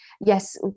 yes